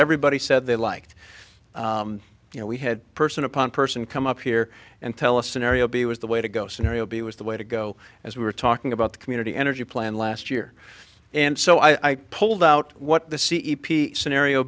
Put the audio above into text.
everybody said they like you know we had a person upon person come up here and tell us a scenario b was the way to go scenario b was the way to go as we were talking about the community energy plan last year and so i pulled out what the c e p t scenario